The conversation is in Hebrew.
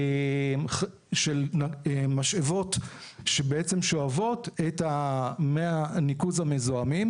של משאבות שבעצם שואבות את מי הניקוז המזוהמים.